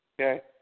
Okay